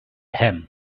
him